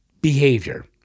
Behavior